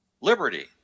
liberty